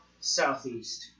southeast